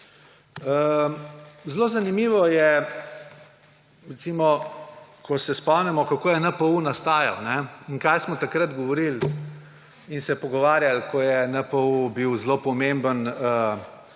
Zelo zanimivo je, recimo, ko se spomnimo, kako je NPU nastajal in kaj smo takrat govorili in se pogovarjali, ko je NPU bil zelo pomemben